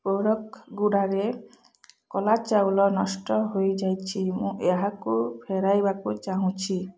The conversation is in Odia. ପ୍ରଡ଼କ୍ଟ୍ ଗୁଡ଼ାରେ କଳା ଚାଉଳ ନଷ୍ଟ ହୋଇଯାଇଛି ମୁଁ ଏହାକୁ ଫେରାଇବାକୁ ଚାହୁଁଛି